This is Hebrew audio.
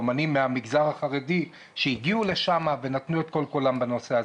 אומנים מהמגזר החרדי שהגיעו לשם ונתנו את כל כולם בנושא הזה.